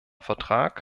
vertrag